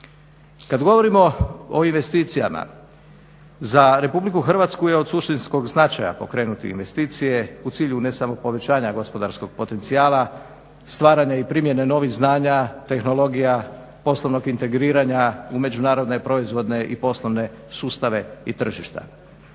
Kad govorimo o investicijama za RH je od suštinskog značaja pokrenuti investicije u cilju ne samo povećanja gospodarskog potencijala, stvaranja i primjene novih znanja, tehnologija, poslovnog integriranja u međunarodne proizvodne i poslovne sustave i tržišta.